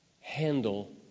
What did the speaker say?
handle